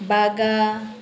Baga